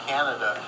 Canada